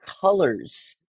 colors